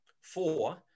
Four